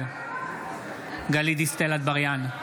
גלית דיסטל אטבריאן,